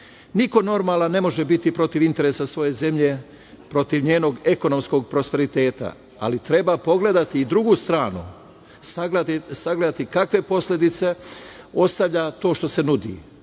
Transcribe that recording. toga. Niko normalan ne može biti protiv interesa svoje zemlje, protiv njenog ekonomskog prosperiteta, ali treba pogledati i drugu stranu, sagledati kakve posledice ostavlja to što se nudi.